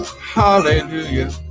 hallelujah